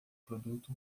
produto